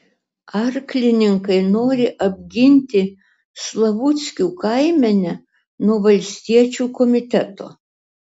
arklininkai nori apginti slavuckių kaimenę nuo valstiečių komiteto